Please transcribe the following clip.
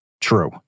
true